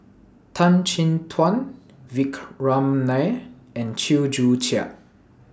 Tan Chin Tuan Vikram Nair and Chew Joo Chiat